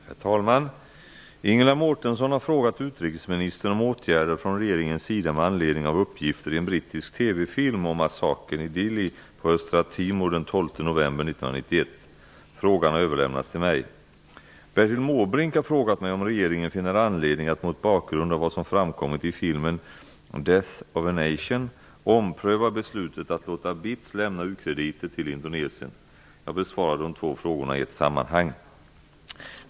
Herr talman! Ingela Mårtensson har frågat utrikesministern om åtgärder från regeringens sida med anledning av uppgifter i en brittisk TV-film om massakern i Dili på Östra Timor den 12 november 1991. Frågan har överlämnats till mig. Bertil Måbrink har frågat mig om regeringen finner anledning att mot bakgrund av vad som har framkommit i filmen ''Death of a Nation'' ompröva beslutet att låta BITS lämna u-krediter till Jag besvarar de två frågorna i ett sammanhang.